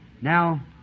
Now